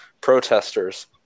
protesters